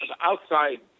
outside